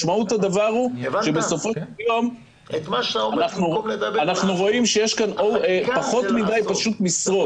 משמעות הדבר היא שבסופו של יום אנחנו רואים שיש כאן מיעוט של משרות.